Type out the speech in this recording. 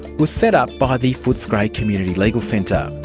was set up by the footscray community legal centre.